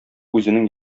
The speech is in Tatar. үзенең